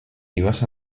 ibas